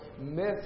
myths